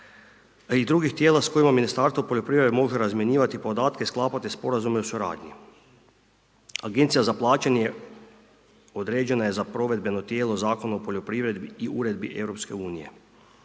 i drugih tijela s kojima Ministarstvo poljoprivrede može razmjenjivati podatke, sklapati sporazume o suradnji. Agencija za plaćanje određena je za provedbeno tijelo zakona o poljoprivredi i uredbi EU.